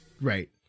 Right